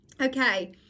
Okay